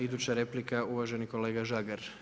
Iduća replika uvaženi kolega Žagar.